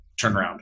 turnaround